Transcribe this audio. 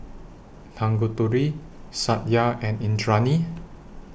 Tanguturi Satya and Indranee